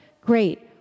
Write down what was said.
great